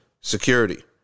Security